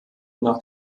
nach